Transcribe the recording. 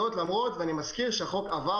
זאת למרות שהחוק עבר